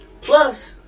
Plus